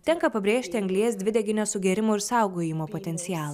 tenka pabrėžti anglies dvideginio sugėrimo ir saugojimo potencialą